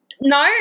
No